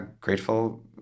grateful